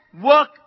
work